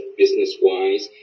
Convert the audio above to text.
business-wise